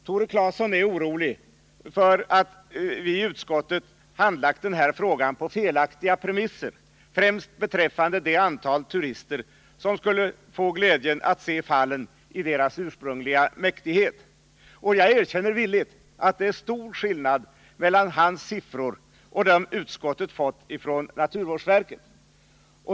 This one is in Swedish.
Tore Claeson är orolig för för att vi i utskottet handlagt den här frågan på felaktiga premisser, främst beträffande det antal turister som skulle få glädjen att se fallen i deras ursprungliga mäktighet. Jag erkänner villigt att det är stor skillnad mellan hans siffror och dem som utskottet fått av naturvårdsverket.